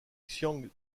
xian